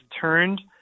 turned